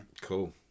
Cool